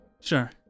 Sure